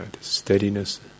steadiness